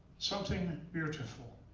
something beautiful.